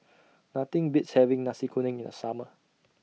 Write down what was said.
Nothing Beats having Nasi Kuning in The Summer